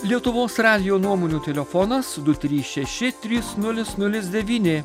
lietuvos radijo nuomonių telefonas du trys šeši trys nulis nulis devyni